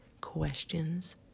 Questions